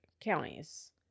counties